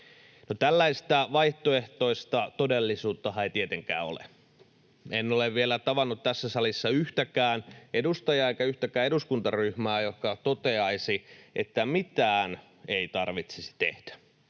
tällaista vaihtoehtoista todellisuuttahan ei tietenkään ole. En ole vielä tavannut tässä salissa yhtäkään edustajaa enkä yhtäkään eduskuntaryhmää, joka toteaisi, että mitään ei tarvitsisi tehdä